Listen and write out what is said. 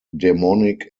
demonic